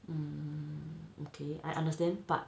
hmm okay I understand but